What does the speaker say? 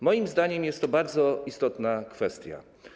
Moim zdaniem jest to bardzo istotna kwestia.